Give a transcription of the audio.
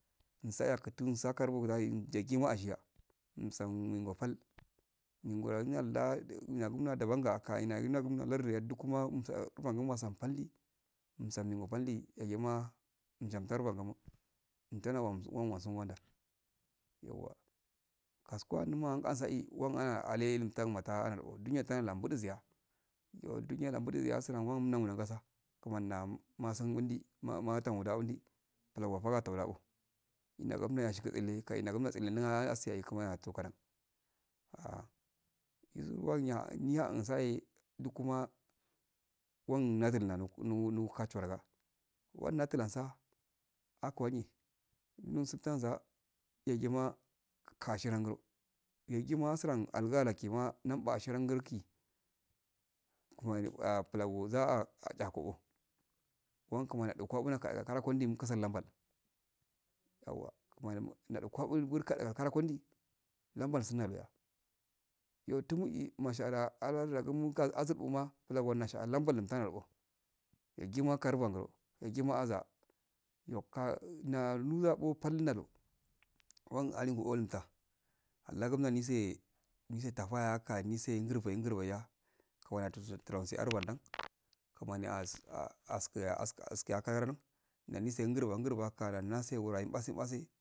Nsa yakufun sakaybo zai yagima asiya umsan wingopal wingoda gundala umya guruna dabamda akama inagun lardiya duk ma msan gulfanma sam paldi umsan dimo paldi yajamaa msham farban gumo untana wan wansun namda yawa kas kuwa numa angasae wan ana ale lumtagunta analbo duniya nanal yabudaziya iyo duniya asranguwa umna guran gwasu kamani da masun wandi ma matawura unda tulaga faga tulbaqo ina gana e yashiqi lindi koina gumna e tsihiduna` ha asiyah kumani atogadan ah izuwanya niohahum saye dukuma wan nazulu nando nu nukachulu nanga wan natulasa akuwanyi nuitunsaza yagima kashiragi yagima nasurangi algu alakima namba ashiragulki plagoza a achakobo iran kimani ado kwanuna kadego karakondi mukasal lambal sum laluwa iyo tumui mashda akarda muka arzuguma plango asha lambul tanaduno yagima karu balangumo yagima aza nyior ka na nuzabo pal naluwa wan alibgu unta allagunani joye nisr tapayaka ndise gurfeyi ngorfaiya kumani aturon tunse arwandan kumani aski aski kanarno naisegu gurwa nungurwa mpase mpase